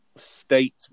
State